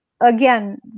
again